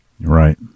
Right